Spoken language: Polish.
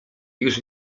już